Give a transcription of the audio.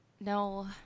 No